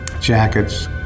jackets